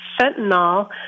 fentanyl